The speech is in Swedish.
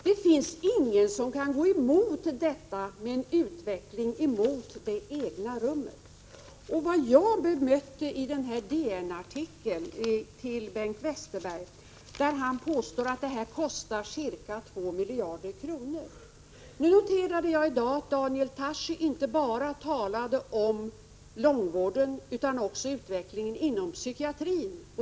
Det finns ingen som går emot en utveckling mot det egna rummet. I DN-artikeln bemötte jag Bengt Westerbergs påstående att detta kostar 2 miljarder kronor. Jag noterade att Daniel Tarschys inte bara talade om långvården utan också om utvecklingen inom psykiatrin.